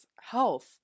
health